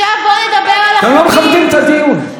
אתם לא מכבדים את הדיון.